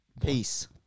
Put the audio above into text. Peace